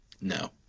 no